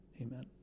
Amen